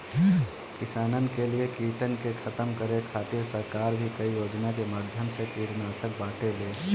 किसानन के लिए कीटन के खतम करे खातिर सरकार भी कई योजना के माध्यम से कीटनाशक बांटेले